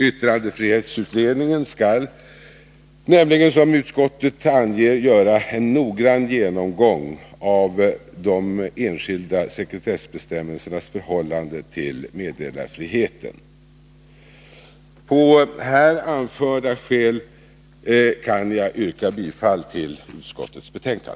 Yttrandefrihetsutredningen skall nämligen, som utskottet anger, göra en noggrann genomgång av hur de enskilda sekretessbestämmelserna förhåller sig till meddelarfriheten. Av här anförda skäl kan jag yrka bifall till utskottets hemställan.